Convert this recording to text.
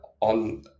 on